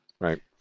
Right